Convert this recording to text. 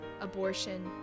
abortion